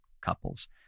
couples